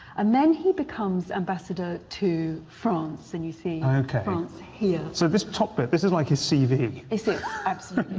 and then he becomes ambassador to france, and you see france here. so this top bit, this is like his cv? it is absolutely.